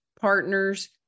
partners